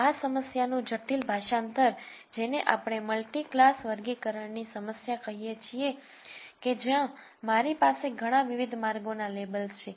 હવે આ સમસ્યાનું જટિલ ભાષાંતર જેને આપણે મલ્ટિક્લાસ વર્ગીકરણની સમસ્યા કહીએ છીએ કે જ્યાં મારી પાસે ઘણાં વિવિધ વર્ગો ના લેબલ્સ છે